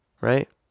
right